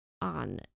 on